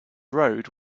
road